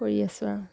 কৰি আছো আৰু